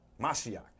Mashiach